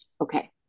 okay